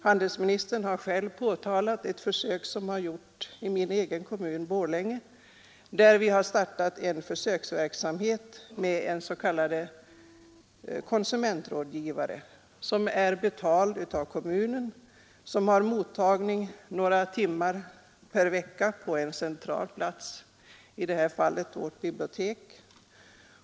Handelsministern nämnde min egen hemkommun Borlänge, där vi startat en försöksverksamhet med en s.k. konsumentrådgivare, som betalas av kommunen och har mottagning några timmar varje vecka på en central plats, i det här fallet vårt bibliotek.